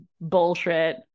bullshit